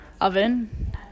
oven